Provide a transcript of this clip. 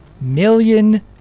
million